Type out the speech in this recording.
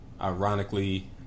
Ironically